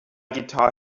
guitar